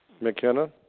McKenna